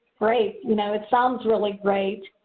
great, you know it sounds really great.